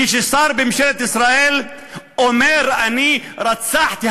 כששר בממשלת ישראל אומר "אני רצחתי,